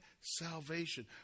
salvation